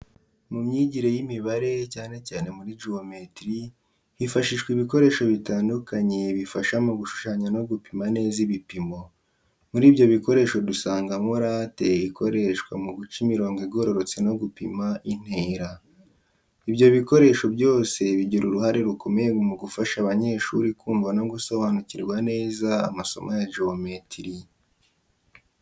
Mu myigire y’imibare, cyane cyane muri geometiri, hifashishwa ibikoresho bitandukanye bifasha mu gushushanya no gupima neza ibipimo. Muri ibyo bikoresho dusangamo late ikoreshwa mu guca imirongo igororotse no gupima intera. Ibyo bikoresho byose bigira uruhare rukomeye mu gufasha abanyeshuri kumva no gusobanukirwa neza amasomo ya geometiri.